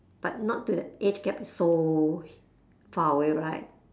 but not to that age gap is so far away right